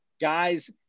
guys